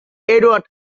edward